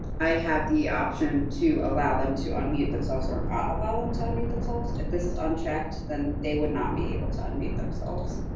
i have the option to allow them to unmute themselves or not and ah allow them to unmute themselves. if this is unchecked, then they would not be able to unmute themselves.